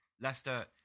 Leicester